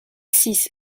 six